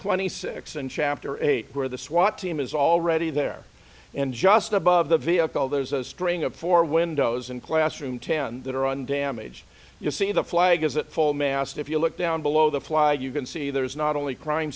twenty six and chapter eight where the swat team is already there and just above the vehicle there's a string of four windows and classroom ten that are on damage you see the flag is that full mast if you look down below the fly you can see there is not only crime